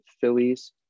Phillies